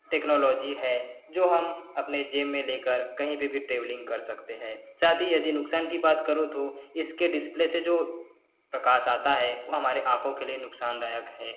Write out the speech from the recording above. technology है जो हम अपने जेब में लेकर कही पर भी ट्रैवलिंग कर सकते हैं साथ ही यदि नुकसान की बात करूँ तो इसके डिस्प्ले से जो प्रकाश आता है वो हमारे आँखों के लिए नुकसानदायक है